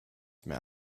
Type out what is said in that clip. mehr